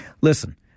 listen